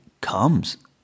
comes